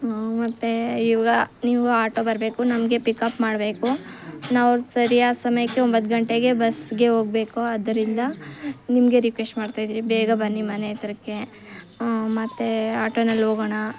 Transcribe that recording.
ಮತ್ತೇ ಈಗ ನೀವು ಆಟೊ ಬರಬೇಕು ನಮಗೆ ಪಿಕ್ಅಪ್ ಮಾಡಬೇಕು ನಾವು ಸರಿಯಾದ ಸಮಯಕ್ಕೆ ಒಂಬತ್ತು ಗಂಟೆಗೆ ಬಸ್ಗೆ ಹೋಗ್ಬೇಕು ಆದ್ರಿಂದ ನಿಮ್ಗೆ ರಿಕ್ವೆಸ್ಟ್ ಮಾಡ್ತಾ ಇದ್ದೀನಿ ಬೇಗ ಬನ್ನಿ ಮನೆ ಹತ್ರಕ್ಕೆ ಹ್ಞೂ ಮತ್ತೇ ಆಟೊದಲ್ಲಿ ಹೋಗೋಣ